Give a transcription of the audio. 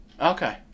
Okay